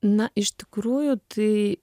na iš tikrųjų tai